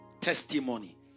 testimony